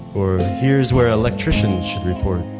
or here's where electricians should report,